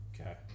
Okay